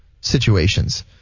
situations